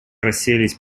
расселись